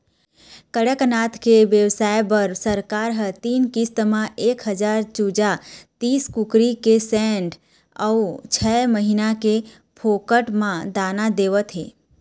कड़कनाथ के बेवसाय बर सरकार ह तीन किस्त म एक हजार चूजा, तीस कुकरी के सेड अउ छय महीना ले फोकट म दाना देवत हे